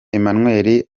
emmanuel